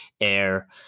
air